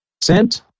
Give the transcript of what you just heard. sent